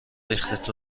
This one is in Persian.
ریختت